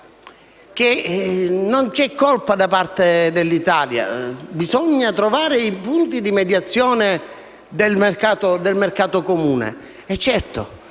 non c'è colpa da parte dell'Italia: bisogna trovare i punti di mediazione all'interno del mercato comune.